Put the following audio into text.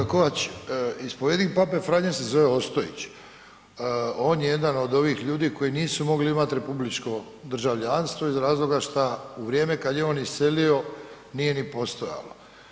G. Kovač, ispovjednik pape Franje se zove Ostojić, on je jedan ovih ljudi koji nisu mogli imat republičko državljanstvo iz razloga šta u vrijeme kad je on iselio, nije ni postojalo.